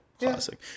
classic